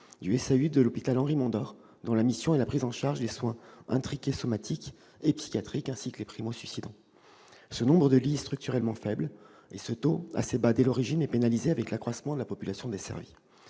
de l'hôpital Henri-Mondor, dont la mission est de prendre en charge les soins intriqués, somatiques et psychiatriques, ainsi que les primo-suicidants. Ce nombre de lits est structurellement faible et le taux, assez bas dès l'origine, est pénalisé par l'accroissement de la population desservie.